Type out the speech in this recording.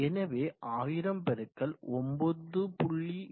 எனவ 1000 பெருக்கல் 9